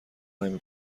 نمی